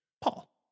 Paul